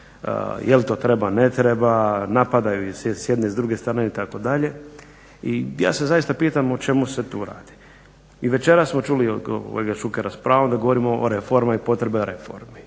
jel to treba, ne treba, napadaju s jedne i s druge strane itd. I ja se zaista pitam o čemu se tu zapravo radi. I večeras smo čuli s pravom da govorimo o reformama i potrebi reformi.